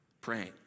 praying